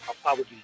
Apologies